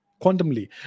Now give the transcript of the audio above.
quantumly